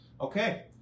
Okay